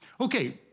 Okay